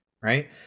right